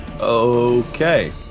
okay